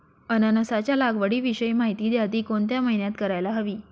अननसाच्या लागवडीविषयी माहिती द्या, ति कोणत्या महिन्यात करायला हवी?